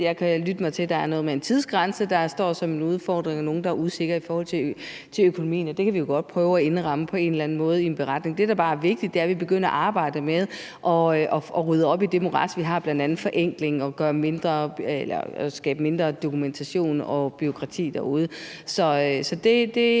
jeg kan også lytte mig til, at der er noget med en tidsgrænse, der står som en udfordring, og der er nogle, der er usikre i forhold til økonomien. Det kan vi jo godt prøve at indramme på en eller anden måde i en beretning. Det, der bare er vigtigt, er, at vi begynder at arbejde med at rydde op i det morads, vi har, bl.a. ved at forenkle og skabe mindre dokumentation og bureaukrati derude. Så det